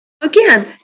Again